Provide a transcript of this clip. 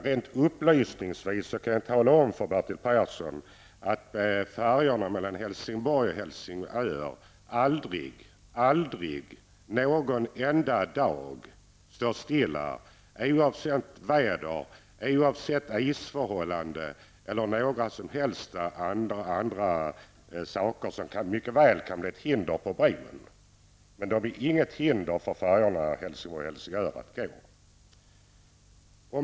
Rent upplysningsvis kan jag tala om för Helsingör aldrig någon enda dag står stilla oavsett väder, isförhållanden eller andra förhållanden som mycket väl kan bli ett hinder på bron. De utgör inget hinder för färjorna mellan Helsingborg och Helsingör.